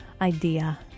idea